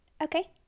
Okay